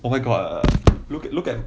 oh my god look look at